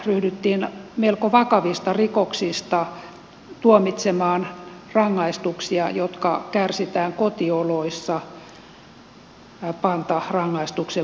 ryhdyttiin melko vakavista rikoksista tuomitsemaan rangaistuksiin jotka kärsitään kotioloissa pantarangaistuksen muodossa